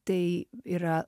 tai yra